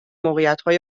موقعیت